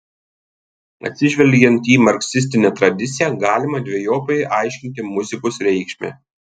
atsižvelgiant į marksistinę tradiciją galima dvejopai aiškinti muzikos reikšmę